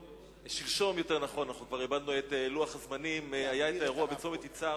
שלשום היה האירוע בצומת יצהר,